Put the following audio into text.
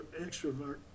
extrovert